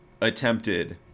attempted